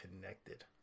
connected